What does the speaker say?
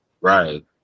Right